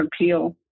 appeal